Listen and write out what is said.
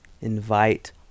invite